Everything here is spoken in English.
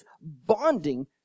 bonding